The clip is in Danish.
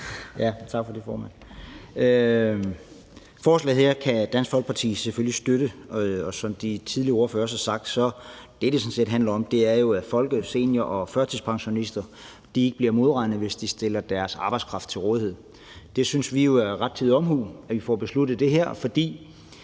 Tak for det, formand. Forslaget her kan Dansk Folkeparti selvfølgelig støtte, og som de tidligere ordførere også har sagt, er det, det sådan set handler om, jo, at folke-, senior- og førtidspensionister ikke bliver modregnet, hvis de stiller deres arbejdskraft til rådighed. Det synes vi jo er rettidig omhu, altså at vi får besluttet det her, for